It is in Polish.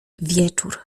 wieczór